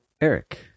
Eric